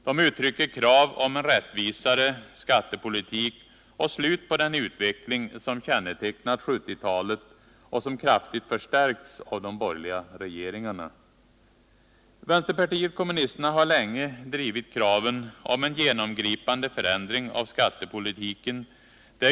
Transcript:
Det uttrycker krav på en rättvisare skattepolitik och slut på den utveckling som kännetecknat 1970-talet och som kraftigt förstärkts av de borgerliga regeringarna. Vänsterpartiet kommunisterna har länge drivit kraven på en genomgripande förändring av skattepolitiken.